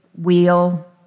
wheel